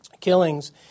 killings